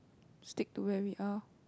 stick to where we are